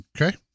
Okay